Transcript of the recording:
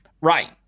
Right